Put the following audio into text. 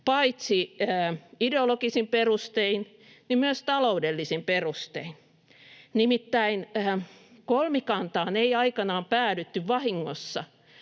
paitsi ideologisin perustein myös taloudellisin perustein. Nimittäin kolmikantaan ei aikanaan päädytty vahingossa